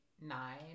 nine